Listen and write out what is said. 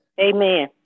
Amen